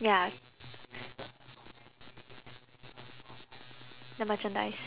ya the merchandise